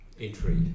Entry